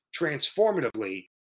transformatively